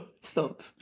stop